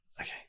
okay